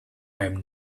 have